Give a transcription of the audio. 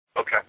Okay